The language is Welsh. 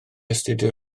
astudio